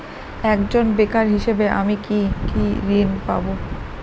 একজন বেকার হিসেবে আমি কি কি ঋণ পাব?